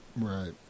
Right